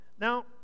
Now